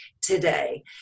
today